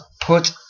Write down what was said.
put